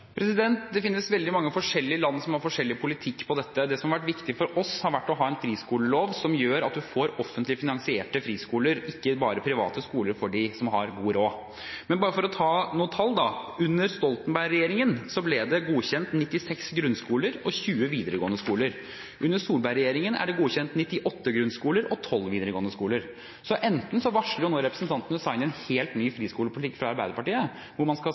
Det finnes veldig mange forskjellige land som har forskjellig politikk på dette. Det som har vært viktig for oss, er å ha en friskolelov som gjør at man får offentlig finansierte friskoler, ikke bare private skoler for dem som har god råd. For bare å ta noen tall: Under Stoltenberg-regjeringen ble det godkjent 96 grunnskoler og 20 videregående skoler. Under Solberg-regjeringen er det godkjent 98 grunnskoler og 12 videregående skoler. Enten varsler representanten Hussaini nå en helt ny friskolepolitikk fra Arbeiderpartiet, hvor man skal